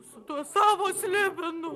su tuo savo slibinu